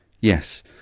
Yes